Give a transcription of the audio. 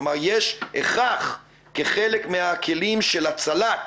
כלומר, יש הכרח, כחלק מהכלים של הצלת